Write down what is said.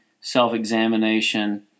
self-examination